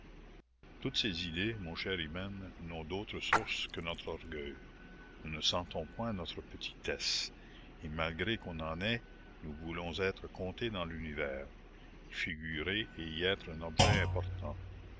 toutes ces idées mon cher ibben n'ont d'autre source que notre orgueil nous ne sentons point notre petitesse et malgré qu'on en ait nous voulons être comptés dans l'univers y figurer et y être un objet important